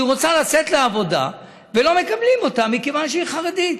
שרוצה לצאת לעבודה ולא מקבלים אותה כיוון שהיא חרדית.